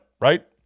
right